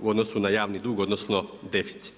u odnosu na javni dug odnosno deficit.